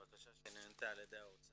בקשה שנענתה על ידי האוצר.